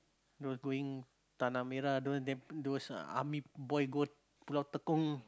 those going tanah-merah those then put those army boy go Pulau Tekong